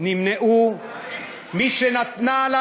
מלזיה,